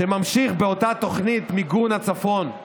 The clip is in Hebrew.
שנמשך באותה תוכנית למיגון הצפון,